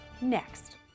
next